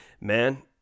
man